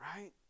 Right